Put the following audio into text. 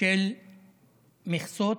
של מכסות